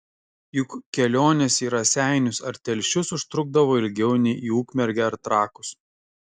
juk kelionės į raseinius ar telšius užtrukdavo ilgiau nei į ukmergę ar trakus